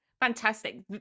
Fantastic